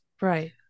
right